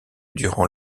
durant